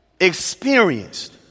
experienced